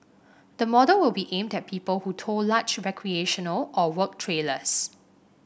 the model will be aimed at people who tow large recreational or work trailers